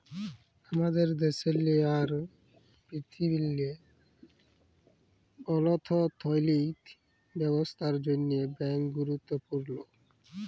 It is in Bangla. আমাদের দ্যাশেল্লে আর পীরথিবীল্লে অথ্থলৈতিক ব্যবস্থার জ্যনহে ব্যাংক গুরুত্তপুর্ল